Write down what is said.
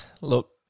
Look